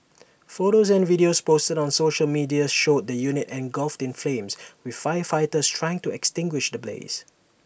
photos and videos posted on social media showed the unit engulfed in flames with firefighters trying to extinguish the blaze